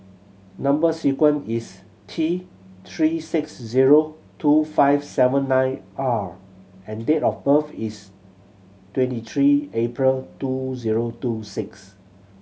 number sequence is T Three six zero two five seven nine R and date of birth is twenty three April twenty zero two six